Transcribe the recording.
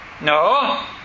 No